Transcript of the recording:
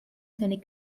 seine